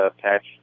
patch